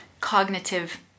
cognitive